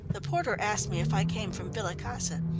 the porter asked me if i came from villa casa.